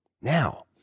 Now